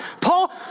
Paul